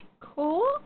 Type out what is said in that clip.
Cool